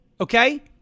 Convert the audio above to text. Okay